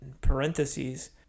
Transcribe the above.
parentheses